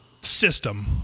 system